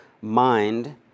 mind